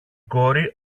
κόρη